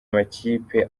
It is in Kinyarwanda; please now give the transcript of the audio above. makipe